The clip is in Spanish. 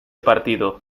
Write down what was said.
partido